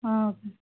okay